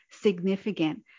significant